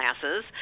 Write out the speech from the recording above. classes